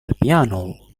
البيانو